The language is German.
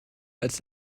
als